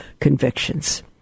convictions